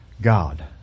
God